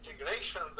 integration